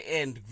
end